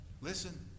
listen